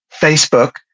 Facebook